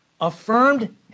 affirmed